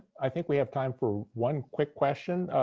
i think we have time for one quick question.